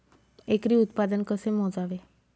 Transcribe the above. एकरी उत्पादन कसे मोजावे?